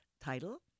title